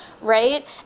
right